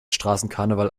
straßenkarneval